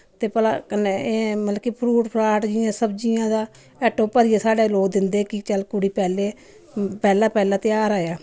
ते भला कन्नै एह् मतलब कि फ्रूट फराट जि'यां सब्जियां दा आटो भरियै साढ़े लोक दिंदे कि चल कुड़ी पैह्लें पैह्ला पैह्ला तेहार आया